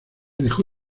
dejó